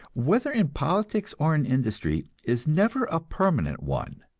whether in politics or in industry, is never a permanent one,